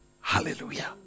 Hallelujah